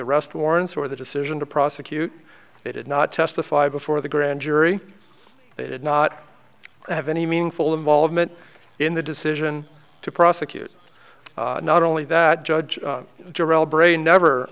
arrest warrants or the decision to prosecute they did not testify before the grand jury they did not have any meaningful involvement in the decision to prosecute not only that judge darrelle brain never